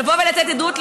לבוא ולתת עדות,